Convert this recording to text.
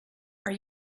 are